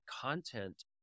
content